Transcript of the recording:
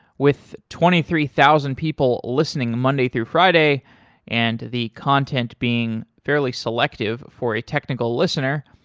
with twenty three thousand people listening monday through friday and the content being fairly selective for a technical listener,